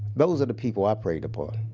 those are the people i preyed upon.